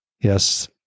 yes